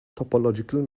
topological